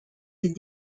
ses